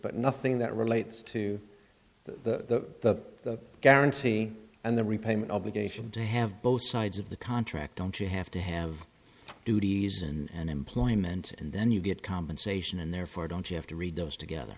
but nothing that relates to that guarantee and the repayment obligation to have both sides of the contract don't you have to have duties and employment and then you get compensation and therefore don't you have to read those together